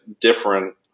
different